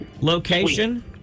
location